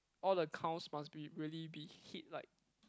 all the cows must be really hit like